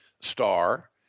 star